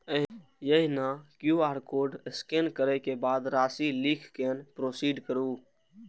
एहिना QR code scan करै के बाद राशि लिख कें प्रोसीड करू